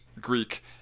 Greek